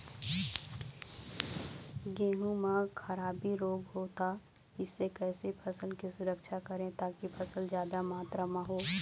गेहूं म खराबी रोग होता इससे कैसे फसल की सुरक्षा करें ताकि फसल जादा मात्रा म हो?